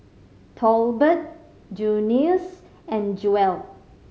Tolbert Junius and Jewell